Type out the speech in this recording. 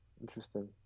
interesting